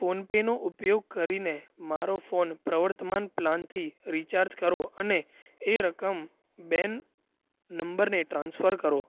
ફોનપેનો ઉપયોગ કરીને મારો ફોન પ્રવર્તમાન પ્લાનથી રીચાર્જ કરો અને એ રકમ બેન નંબરને ટ્રાન્સફર કરો